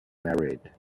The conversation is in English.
married